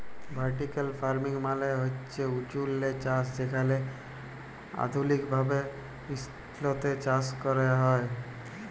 vertical farming মালে হছে উঁচুল্লে চাষ যেখালে আধুলিক ভাবে ইসতরে চাষ হ্যয়